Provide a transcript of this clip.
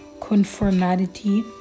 conformity